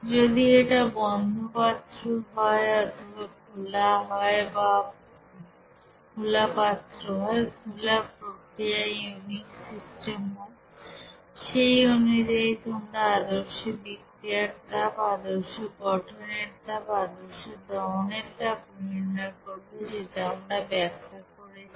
যদি এটা বন্ধ পাত্র হয় অথবা খোলা অবস্থা হয় বা খোলা পাত্র হয় খোলা প্রক্রিয়া ইউনিক সিস্টেম হয় সেই অনুযায়ী তোমরা আদর্শ বিক্রিয়ার তাপ আদর্শ গঠনের তাপ আদর্শ দহনের তাপ নির্ণয় করবে সেটা আমরা ব্যাখ্যা করেছি